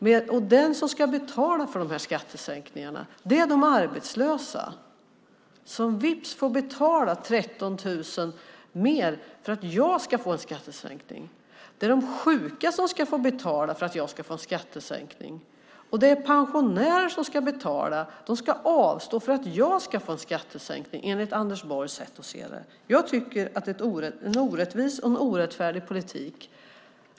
Och de som ska betala för de här skattesänkningarna är de arbetslösa som vips får betala 13 000 mer för att jag ska få en skattesänkning. Det är de sjuka som ska få betala för att jag ska få en skattesänkning, och det är pensionärer som ska betala. De ska avstå för att jag ska få en skattesänkning, enligt Anders Borgs sätt att se det. Jag tycker att det är en orättvis och en orättfärdig politik.